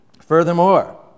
Furthermore